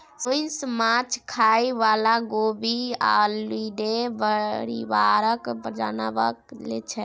सोंइस माछ खाइ बला गेबीअलीडे परिबारक जानबर छै